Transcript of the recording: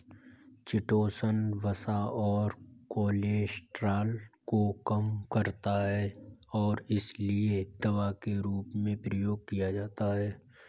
chitosan वसा और cholesterol को कम करता है और इसीलिए दवा के रूप में प्रयोग किया जाता है